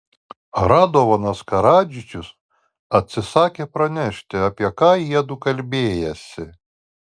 radovanas karadžičius atsisakė pranešti apie ką jiedu kalbėjęsi